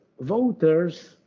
voters